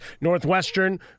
Northwestern